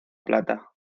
plata